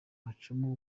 hacamo